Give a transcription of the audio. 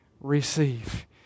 receive